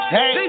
Hey